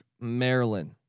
Maryland